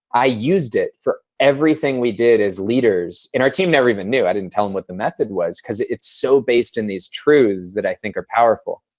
i used it for everything we did as leaders. and our team never even knew. i didn't tell them what the method was, cause it's so based on these truths that i think are powerful.